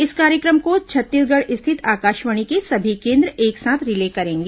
इस कार्यक्रम को छत्तीसगढ़ स्थित आकाशवाणी के सभी केन्द्र एक साथ रिले करेंगे